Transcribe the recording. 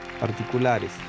particulares